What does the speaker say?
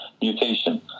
mutation